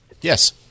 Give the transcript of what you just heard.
Yes